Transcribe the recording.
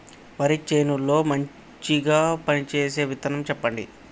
వరి చేను లో మంచిగా పనిచేసే విత్తనం చెప్పండి?